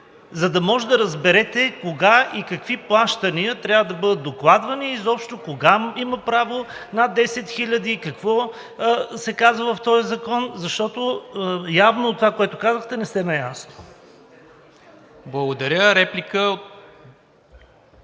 за да може да разберете кога какви плащания трябва да бъдат докладвани и изобщо кога имате право за над 10 хиляди и какво се казва в този закон, защото явно от това, което казахте, не сте наясно.